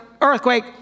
earthquake